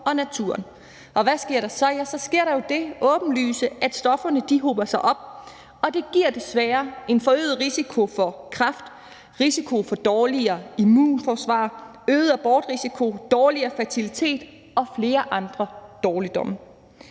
og i naturen. Og hvad sker der så? Ja, så sker der jo det åbenlyse, at stofferne hober sig op, og det giver desværre en forøget risiko for kræft, risiko for dårligere immunforsvar, øget abortrisiko, dårligere fertilitet og flere andre dårligdomme.